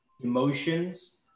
emotions